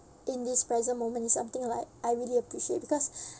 in this present moment is something like I really appreciate because